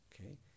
Okay